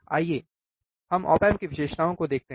आइए हम op amp की विशेषताओं को देखते हैं